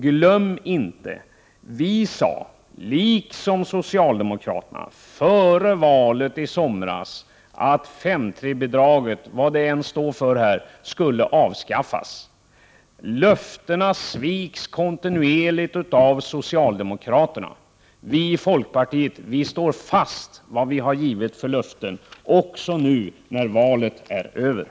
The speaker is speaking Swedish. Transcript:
Glöm inte att vi folkpartister, liksom socialdemokraterna i somras före valet, sade att 5:3-bidraget—- vad det än står för här — skulle avskaffas. Det löftet sviks kontinuerligt av socialdemokraterna. Vi i folkpartiet står också nu när valet är över fast vid våra givna löften.